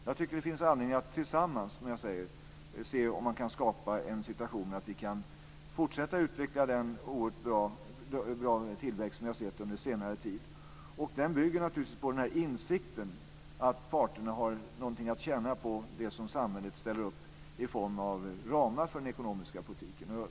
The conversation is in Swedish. Jag tycker att det finns anledning att tillsammans se om man kan skapa en situation där man kan fortsätta att utveckla den oerhört bra tillväxt som vi har sett under senare tid. Det bygger naturligtvis på en insikt om att parterna har någonting att tjäna på det som samhället ställer upp i form av ramar för den ekonomiska politiken.